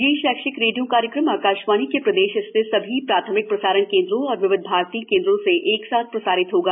यह शैक्षिक रेडियो कार्यक्रम आकाशवाणी के प्रदेश स्थित सभी प्राथमिक प्रसारण केन्द्रों और विविध भारती केन्द्रों से एक साथ प्रसारित होगा